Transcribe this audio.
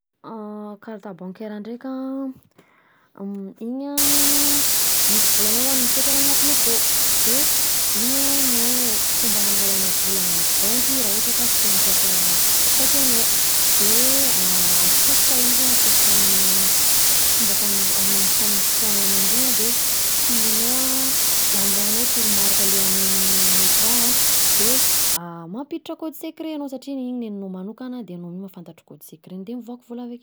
Carte bancaire ndreka an, iny an misy volanao zany anatiny akao, de iny an fomba hangalanao vola amin'ny banky raha ohatra ka sy te hampiasa chèque anao, de atsofoka izy an, atsofoka amin'ny fomba fanofohana ananjy iny de kitihinao an, arahinao toromarinka amen'ny ecran an de mampiditra code secret anao satria iny nenao manokana, de anao mi mahafantantra code secreny de mivoaka vola avekeo